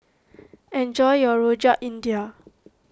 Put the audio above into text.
enjoy your Rojak India